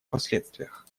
последствиях